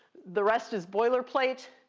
the rest is boilerplate.